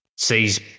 sees